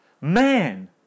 man